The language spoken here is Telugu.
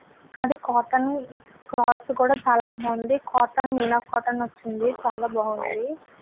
అది కాటన్ క్లాత్ కూడా చాలా బాగుంది కాటన్ మీనా కాటన్ వచ్చింది చాలా బాగుంది